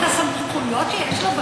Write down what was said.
דעתו שהוא ייקח מאדוני את הסמכויות שיש לו?